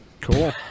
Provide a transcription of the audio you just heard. Cool